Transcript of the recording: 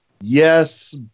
Yes